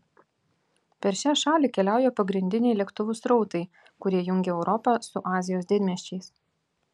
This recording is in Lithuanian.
per šią šalį keliauja pagrindiniai lėktuvų srautai kurie jungia europą su azijos didmiesčiais